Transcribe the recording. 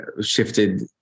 shifted